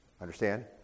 Understand